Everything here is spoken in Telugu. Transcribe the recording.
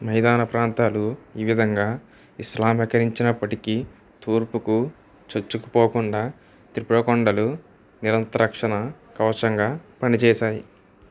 మైదాన ప్రాంతాలు ఈ విధంగా ఇస్లామీకరించినప్పటికీ తూర్పుకు చొచ్చుకుపోకుండా త్రిపుర కొండలు నిరంతర రక్షణ కవచంగా పనిచేశాయి